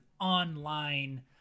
online